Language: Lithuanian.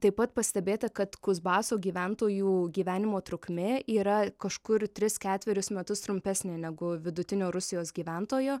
taip pat pastebėta kad kuzbaso gyventojų gyvenimo trukmė yra kažkur tris ketverius metus trumpesnė negu vidutinio rusijos gyventojo